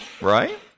right